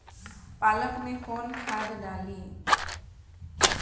पालक में कौन खाद डाली?